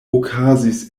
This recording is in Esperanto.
okazis